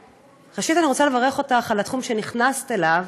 ראשית, אני רוצה לברך אותך על התחום שנכנסת אליו